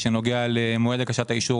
כמו שהוא,